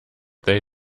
they